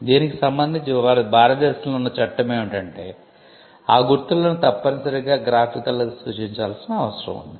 దీనికి సంబంధించి భారతదేశంలో ఉన్న చట్టం ఏమిటంటే ఆ గుర్తులను తప్పని సరిగా గ్రాఫికల్గా సూచించాల్సిన అవసరం ఉంది